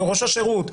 ראש השירות,